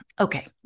Okay